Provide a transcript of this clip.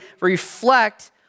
reflect